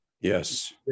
Yes